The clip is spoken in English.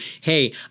hey